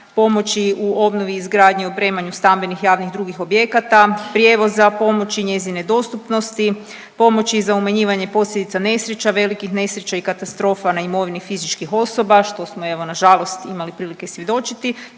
pomoći u obnovi i izgradnji i opremanju stambenih i javnih i drugih objekata, prijevoza, pomoći i njezine dostupnosti, pomoći za umanjivanje posljedica nesreća, velikih nesreća i katastrofa na imovini fizičkih osoba što smo evo nažalost imali prilike svjedočiti